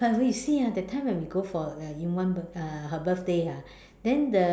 but we see ah that time when we go for in one bir~ uh her birthday ah then the